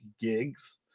gigs